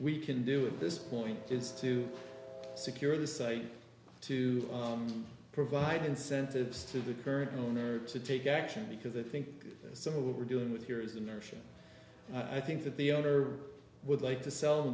we can do at this point is to secure the site to provide incentives to the current owner to take action because i think some of what we're dealing with here is an option i think that the owner would like to sell